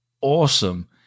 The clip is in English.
awesome